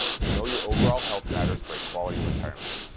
we know your overall health matters for a quality retirement.